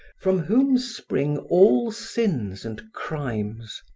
from whom spring all sins and crimes.